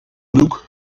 luke